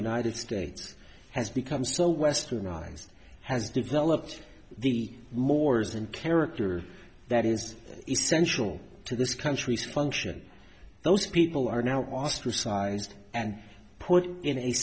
united states has become so westernized has developed the mors and character that is essential to this country's function those people are now ostracized and put in a